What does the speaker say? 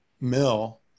mill